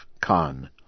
Khan